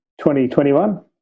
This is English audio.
2021